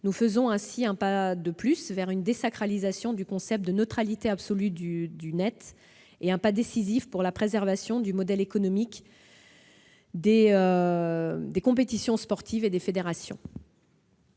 Nous faisons ainsi un pas de plus vers une désacralisation du concept de neutralité absolue de la Toile et franchissons une étape décisive pour la préservation du modèle économique des compétitions sportives et des fédérations.